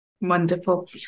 Wonderful